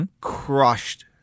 crushed